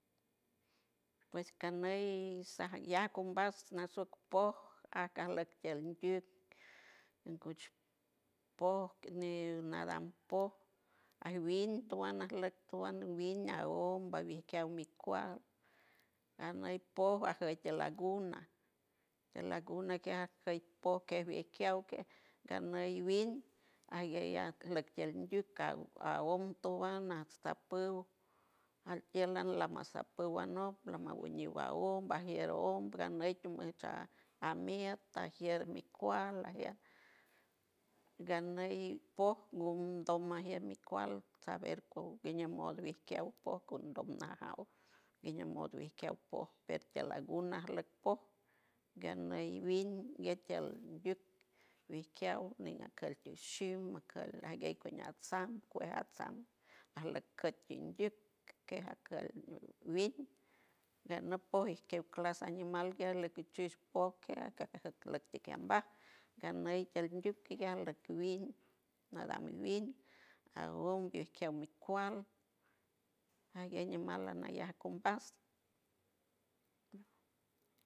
Pues caney sanyac cumbas nashopopo asquelicuw kutch pop mi nadam pop aswin towana aslec towan win ahom babiskiaw mi cual aney pop, ajey tiel aguna, tiel aguna quia ajey pop que esliquiaw que ganay win aguey asloc tiel ndiwk caong to wan hasta pow altiel lan masa pow anoc lama winiw aong bagier ong ganey tu huacha amiet tagier mi cual agiet ganey poo tomagier mi cual saber guin modo isquiew poo condom majaw guin modo isquiew poo pet tiel laguna aslec poo ganey vin guetiel biut isquiaw ti ni tiel shium macal aguey cuñatsam que atsam asloc quet nduik que aquel win guenop poo isquiew clas anima guiel slequichics poo que a--- aslec tikambaj ganey tiel ndiuk quiel win nadam win agow isquiew mi cual aguey animal anayac combas.